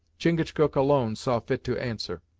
chingachgook alone saw fit to answer.